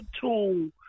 tool